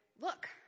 look